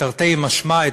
תרתי משמע,